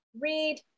Read